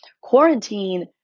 quarantine